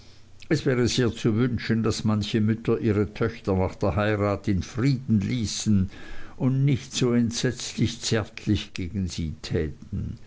es wäre sehr zu wünschen daß manche mütter ihre töchter nach der heirat in frieden ließen und nicht so entsetzlich zärtlich gegen sie täten